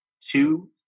two